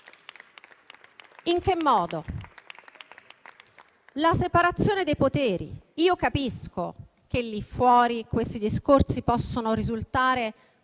In che modo? La separazione dei poteri; capisco che lì fuori questi discorsi possono risultare